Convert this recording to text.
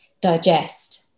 digest